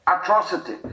atrocity